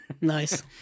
Nice